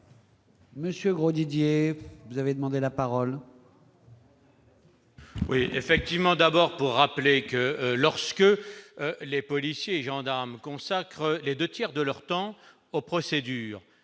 Monsieur Grosdidier, vous avez demandé la parole. Oui, effectivement, d'abord pour rappeler que, lorsque les policiers et gendarmes consacrent les 2 tiers de leur temps aux procédures